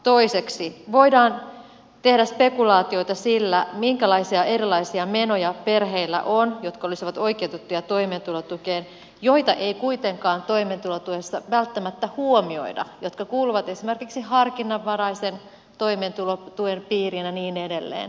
toiseksi voidaan tehdä spekulaatioita sillä minkälaisia erilaisia menoja perheillä on jotka olisivat oikeutettuja toimeentulotukeen joita ei kuitenkaan toimeentulotuessa välttämättä huomioida ja jotka kuuluvat esimerkiksi harkinnanvaraisen toimeentulotuen piiriin ja niin edelleen on perheillä jotka olisivat oikeutettuja toimeentulotukeen